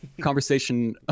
conversation